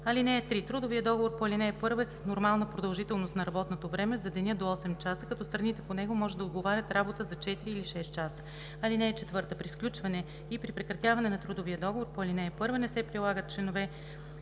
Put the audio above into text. тютюн. (3) Трудовият договор по ал. 1 е с нормална продължителност на работното време за деня до 8 часа, като страните по него може да уговарят работа за 4 или 6 часа. (4) При сключване и при прекратяване на трудовия договор по ал. 1 не се прилагат чл.